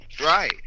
right